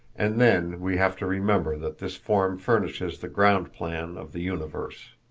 and then we have to remember that this form furnishes the ground-plan of the universe.